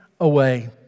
away